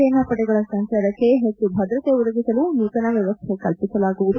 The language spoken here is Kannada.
ಸೇನಾ ಪಡೆಗಳ ಸಂಚಾರಕ್ಕೆ ಹೆಚ್ಚು ಭದ್ರತೆ ಒದಗಿಸಲು ನೂತನ ವ್ಯವಸ್ಥೆ ಕಲ್ಪಿಸಲಾಗುವುದು